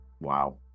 Wow